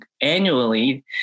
annually